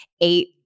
eight